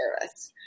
service